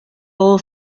all